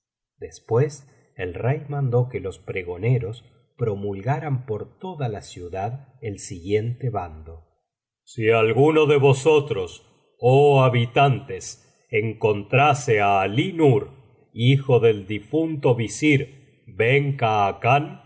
después el rey mandó que los pregoneros promulgaran por toda la ciudad el siguiente bando si alguno de vosotros oh habitantes encontrase á alí nur hijo del difunto visir